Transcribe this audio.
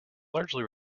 largely